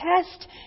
Test